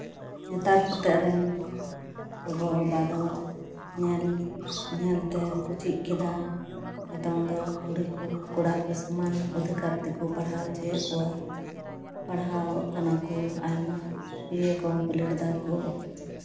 ᱱᱮᱛᱟᱨ ᱠᱚᱛᱮᱜ ᱨᱮᱱ ᱜᱚᱜᱚᱼᱵᱟᱵᱟ ᱫᱚ ᱧᱮᱞ ᱧᱮᱞ ᱛᱮ ᱠᱚ ᱪᱮᱫ ᱠᱮᱫᱟ ᱱᱤᱛᱚᱝ ᱫᱚ ᱠᱩᱲᱤ ᱠᱚ ᱠᱚᱲᱟ ᱠᱚ ᱥᱚᱢᱟᱱ ᱚᱫᱷᱤᱠᱟᱨ ᱛᱮᱠᱚ ᱯᱟᱲᱦᱟᱣ ᱦᱚᱪᱚᱭᱮᱫ ᱠᱚᱣᱟ ᱯᱟᱲᱦᱟᱣ ᱚᱜ ᱠᱟᱱᱟ ᱠᱚ ᱟᱭᱢᱟ ᱵᱤᱭᱮ ᱠᱚᱢ ᱯᱞᱤᱴ ᱮᱫᱟᱠᱚ